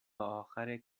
آخر